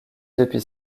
depuis